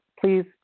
please